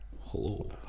Hello